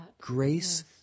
Grace